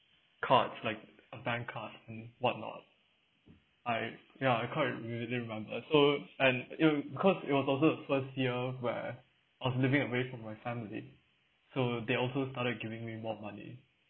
cards like a bank card and whatnot I ya I can't re~ really remember so and it was because it was also the first year where I'm living away from my family so they also started giving me more money